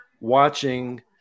watching